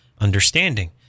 understanding